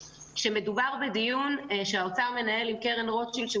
שמדובר בדיון שהאוצר מנהל עם קרן רוטשילד שהוא